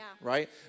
right